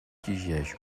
exigeix